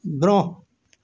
برٛۄنٛہہ